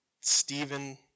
Stephen